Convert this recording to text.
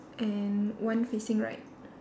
and one facing right